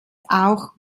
auch